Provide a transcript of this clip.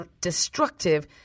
destructive